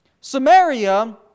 Samaria